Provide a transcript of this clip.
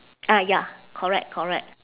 ah ya correct correct